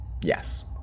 Yes